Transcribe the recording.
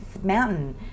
mountain